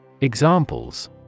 Examples